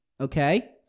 okay